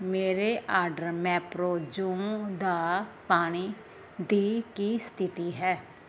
ਮੇਰੇ order Mapro ਜੌਂ ਦਾ ਪਾਣੀ ਦੀ ਕੀ ਸਥਿਤੀ ਹੈ